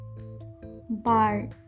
bar